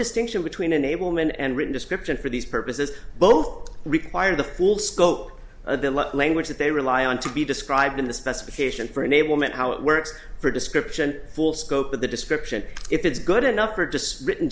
distinction between enablement and written description for these purposes both require the full scope of the language that they rely on to be described in the specification for enablement how it works for description full scope of the description if it's good enough or just written